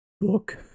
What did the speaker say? book